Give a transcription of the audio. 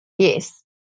Yes